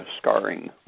scarring